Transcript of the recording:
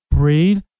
Breathe